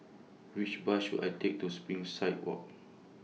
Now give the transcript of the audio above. Which Bus should I Take to Springside Walk